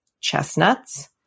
chestnuts